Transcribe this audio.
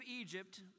Egypt